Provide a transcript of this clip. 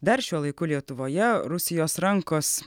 dar šiuo laiku lietuvoje rusijos rankos